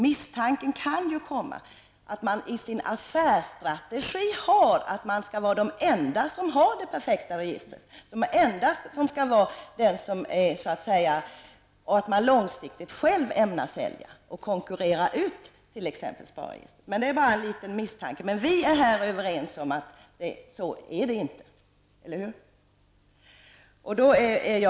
Misstanken kan komma att postens affärsstrategi innebär att posten skall vara den enda som har det perfekta registret, att man långsiktigt själv ämnar sälja och konkurrera ut t.ex. SPA R-registret. Det är bara en liten misstanke. Vi är överens om att det inte är så, eller hur?